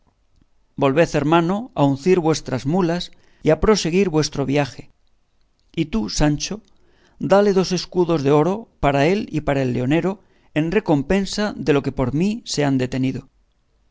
volved hermano a uncir vuestras mulas y a proseguir vuestro viaje y tú sancho dale dos escudos de oro para él y para el leonero en recompensa de lo que por mí se han detenido